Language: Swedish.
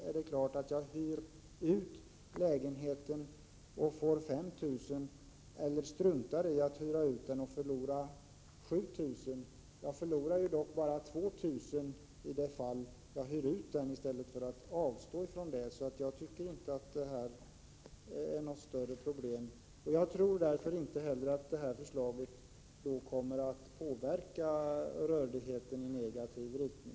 är det klart att jag hyr ut lägenheten om jag får 5 000 kr. Struntar jag i att hyra ut den förlorar jag ju 7 000 kr. Jag förlorar dock bara 2 000 kr. i det fall jag hyr ut den stället för att avstå från att göra det, så jag tycker inte detta är något större problem. Jag tror därför inte heller att det här förslaget kommer att påverka rörligheten i negativ riktning.